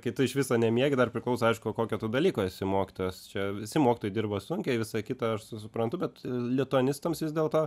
kai tu iš viso nemiegi dar priklauso aišku kokio tu dalyko esi mokytojas čia visi mokytojai dirba sunkiai visą kitą aš su suprantu bet lituanistams vis dėlto